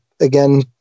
again